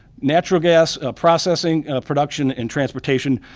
natural gas processing, production and transportation,